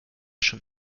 schon